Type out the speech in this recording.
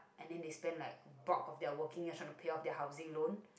and then they spend like a bulk of their working and trying to pay off their housing loan